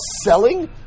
selling